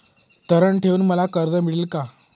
तारण ठेवून मला कर्ज मिळेल का?